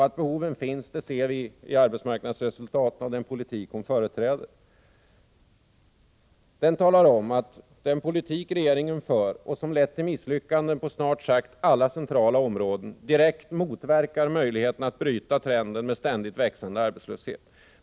Att behoven finns ser vi i resultaten av den politik hon företräder. Artiklarna talar om att den politik regeringen för, som lett till misslyckanden på snart sagt alla centrala områden, direkt motverkar möjligheterna att bryta trenden med ständigt växande arbetslöshet.